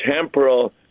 temporal